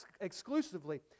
exclusively